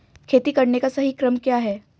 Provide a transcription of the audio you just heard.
खेती करने का सही क्रम क्या है?